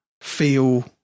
feel